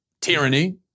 tyranny